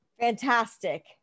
fantastic